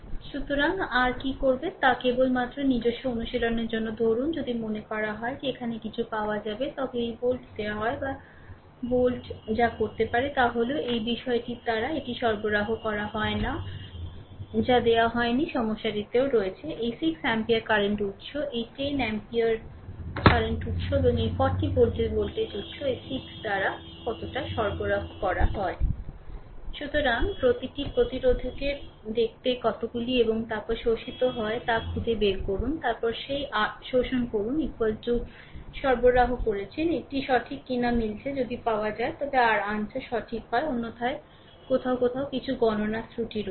সুতরাং r কী করবে তা কেবলমাত্র নিজস্ব অনুশীলনের জন্য ধরুন যদি মনে করা হয় যে এখানে কিছু পাওয়া যায় তবে এই ভোল্ট দেওয়া হয় বা ভোল্ট যা করতে পারে তা হল r এই বিষয়টির দ্বারা এটি সরবরাহ করা হয় না যা দেওয়া হয় নি সমস্যাটিতেও রয়েছে এই 6 অ্যাম্পিয়ার কারেন্ট উত্স এই 10 অ্যাম্পিয়ার কারেন্ট উৎস এবং এই 40 ভোল্টের ভোল্টেজ উৎস এই 6 দ্বারা কতটা সরবরাহ করা হয় সুতরাং প্রতিটি প্রতিরোধকের দেখতে কতগুলি এবং তারপরে শোষিত হয় তা খুঁজে বের করুন তারপরে সেই r শোষণ করুন সরবরাহ করেছেন এটি সঠিক কিনা মিলছে যদি পাওয়া যায় তবে r আনসার সঠিক হয় অন্যথায় কোথাও কোথাও কিছু গণনা ত্রুটি রয়েছে